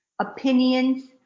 opinions